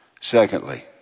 Secondly